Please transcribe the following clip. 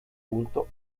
junto